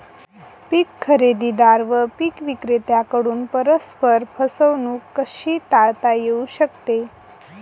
पीक खरेदीदार व पीक विक्रेत्यांकडून परस्पर फसवणूक कशी टाळता येऊ शकते?